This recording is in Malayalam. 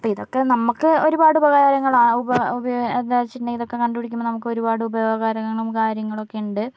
ഇപ്പോൾ ഇതൊക്കെ നമുക്ക് ഒരുപാട് ഉപകാരങ്ങളാ ഉപയോഗങ്ങൾ എന്താണെന്നുവച്ചിട്ടുണ്ടെങ്കിൽ ഇതൊക്കെ കണ്ടുപിടിക്കുമ്പോൾ നമുക്ക് ഒരുപാട് ഉപയോഗങ്ങളും കാര്യങ്ങളൊക്കെയുണ്ട്